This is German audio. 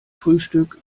frühstück